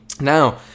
Now